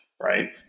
right